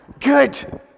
Good